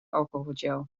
alcoholgel